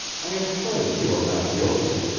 i am sure that you are not guilty.